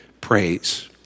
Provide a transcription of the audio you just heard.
praise